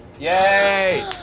Yay